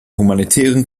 humanitären